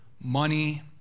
money